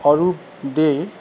Arup দে